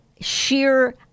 sheer